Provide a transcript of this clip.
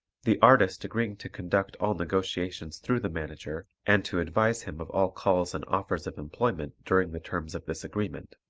the artist agreeing to conduct all negotiations through the manager and to advise him of all calls and offers of employment during the terms of this agreement.